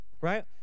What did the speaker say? right